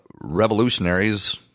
revolutionaries